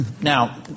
Now